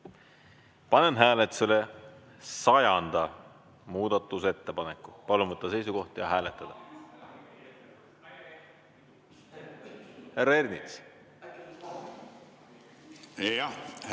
Panen hääletusele 100. muudatusettepaneku. Palun võtta seisukoht ja hääletada! Härra Ernits!